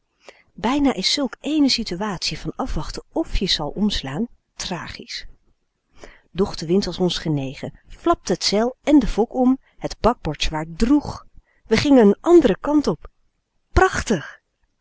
bijna is zulk eene situatie van afwachten of je zal omslaan tragisch doch de wind was ons genegen flapte het zeil en de fok om het bakboordzwaard drég we gingen een a n d e r e n kant op prachtig